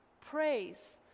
praise